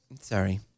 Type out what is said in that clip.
Sorry